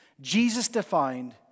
Jesus-defined